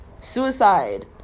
suicide